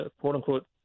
quote-unquote